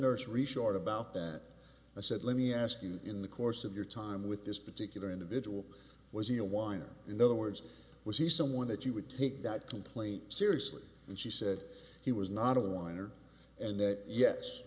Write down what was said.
nurse resort about that i said let me ask you in the course of your time with this particular individual was he a whiner in other words was he someone that you would take that complaint seriously and she said he was not a whiner and that yes